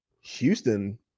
Houston